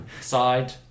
side